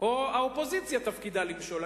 או האופוזיציה תפקידה למשול?